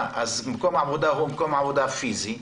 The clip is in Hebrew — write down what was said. מקום העבודה הוא מקום עבודה הפיזי,